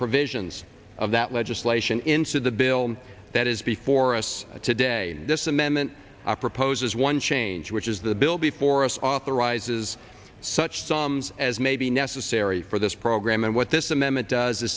provisions of that legislation into the bill that is before us to day this amendment proposes one change which is the bill before us authorizes such sums as may be necessary for this program and what this amendment does